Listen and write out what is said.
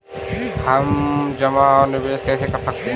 हम जमा और निवेश कैसे कर सकते हैं?